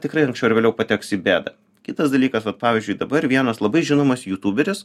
tikrai anksčiau ar vėliau pateksi į bėdą kitas dalykas vat pavyzdžiui dabar vienas labai žinomas jutuberis